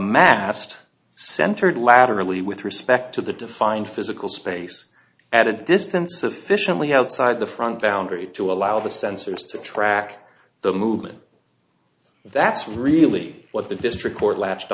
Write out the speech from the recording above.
mast centered laterally with respect to the defined physical space at a distance officially outside the front boundary to allow the sensors to track the movement that's really what the district court latched